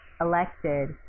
elected